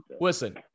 Listen